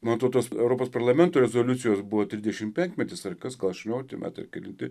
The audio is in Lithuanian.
man atrodo tos europos parlamento rezoliucijos buvo trisdešimtmetis ar kas gal aštuoniolikti metai ar kelinti